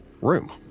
room